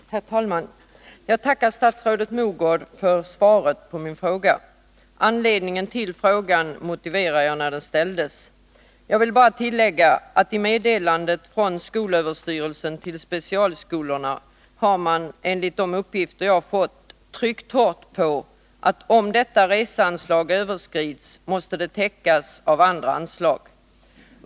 Herr talman! Jag tackar statsrådet Mogård för svaret på min fråga. Anledningen till att jag ställde frågan har jag angivit i själva frågan. Jag vill bara tillägga att man i meddelandet från skolöverstyrelsen till specialskolorna, enligt de uppgifter jag har fått, har tryckt hårt på att om reseanslaget överskrids måste kostnaderna täckas av andra anslag.